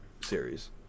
series